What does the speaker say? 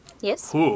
Yes